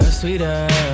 sweeter